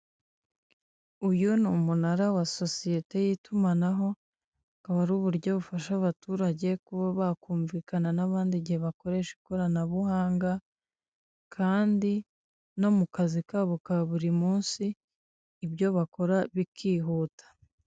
Uyu ni umunara wa sosiyete y'itumanaho ukaba ari uburyo bufasha abaturage kuba bakumvikana n'abandi igihe bakoresha ikoranabuhanga, kandi no mukazi kabo ka buri munsi ibyo bakora bikihuta.